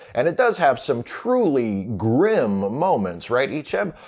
and it does have some truly grim moments right, icheb?